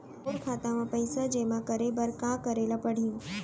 मोर खाता म पइसा जेमा करे बर का करे ल पड़ही?